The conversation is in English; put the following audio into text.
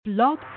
Blog